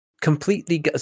completely